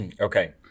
Okay